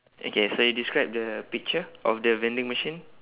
okay so you describe the picture of the vending machine